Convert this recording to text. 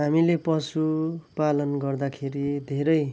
हामीले पशुपालन गर्दाखेरि धेरै